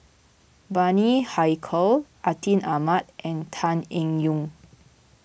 Bani Haykal Atin Amat and Tan Eng Yoon